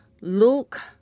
Luke